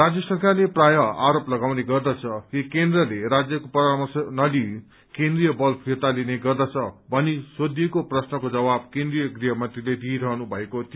राज्य सरकारले प्रायः आरोप लगाउने गर्दछ कि केन्द्रले राज्यको परामर्श नलिई केन्द्रीय बल फिर्ता लिने गर्दछ भनी सोबिएको प्रश्नको जवाब केन्द्रीय गृहमन्त्रीले दिइरहनु भएको थियो